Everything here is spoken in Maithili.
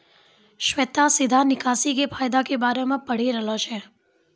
श्वेता सीधा निकासी के फायदा के बारे मे पढ़ि रहलो छै